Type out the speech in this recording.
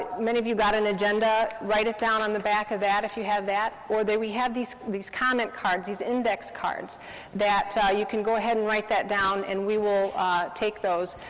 many of you got an agenda, write it down on the back of that, if you have that, or we have these these comment cards, these index cards that ah you can go ahead and write that down, and we will take those.